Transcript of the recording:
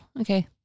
okay